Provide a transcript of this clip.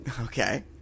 Okay